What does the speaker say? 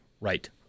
Right